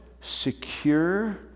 secure